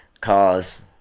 cause